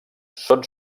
són